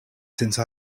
since